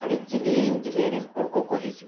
ᱟᱹᱰᱤ ᱡᱤᱞᱤᱧ ᱡᱤᱞᱤᱧ ᱨᱤᱱ ᱦᱚᱲ ᱠᱚᱠᱚ ᱦᱤᱡᱩᱜᱼᱟ